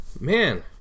man